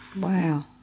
Wow